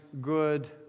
good